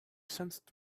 sensed